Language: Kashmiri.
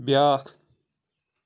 بیٛاکھ